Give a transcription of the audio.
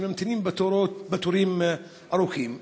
שממתינים בתורים ארוכים,